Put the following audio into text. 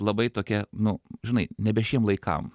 labai tokia nu žinai nebe šiem laikam